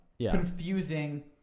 confusing